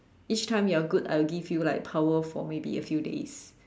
each time you are good I'll give you like power for maybe a few days